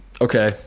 okay